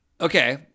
Okay